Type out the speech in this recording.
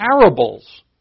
parables